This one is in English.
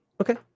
Okay